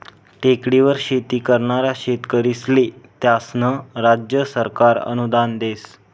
टेकडीवर शेती करनारा शेतकरीस्ले त्यास्नं राज्य सरकार अनुदान देस